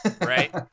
right